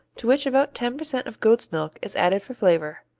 to which about ten percent of goat's milk is added for flavor.